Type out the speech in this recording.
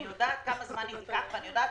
אני יודעת כמה זמן היא תיקח ואני יודעת